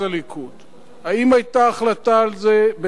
האם היתה החלטה על זה בסיעת הליכוד?